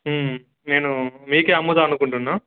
నేను మీకే అమ్ముదాం అనుకుంటున్నా